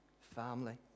family